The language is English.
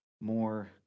more